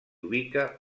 ubica